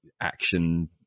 action